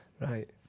Right